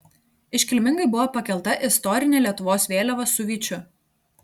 iškilmingai buvo pakelta istorinė lietuvos vėliava su vyčiu